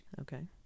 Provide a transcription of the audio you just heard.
Okay